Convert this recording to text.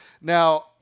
Now